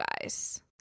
guys